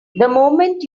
moment